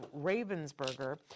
Ravensburger